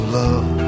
love